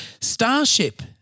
Starship